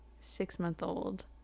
six-month-old